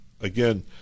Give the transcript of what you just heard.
Again